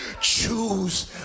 Choose